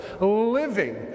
living